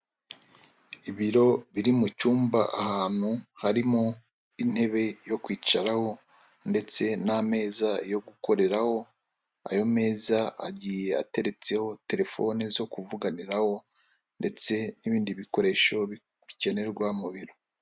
Ibiro biri mu cyumba ahantu, harimo intebe yo kwicaraho, ndetse n'ameza yo gukoreraho, ayo meza agiye ateretseho telefoni zo kuvuganiraho, ndetse n'ibindi bikoresho bikenerwa mu biro.